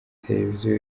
tereviziyo